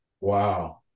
Wow